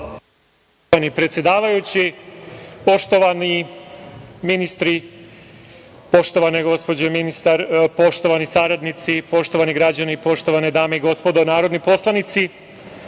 predsedavajući, poštovani ministri, poštovana gospođo ministar, poštovani saradnici, poštovani građani, poštovane dame i gospodo narodni poslanici,